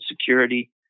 security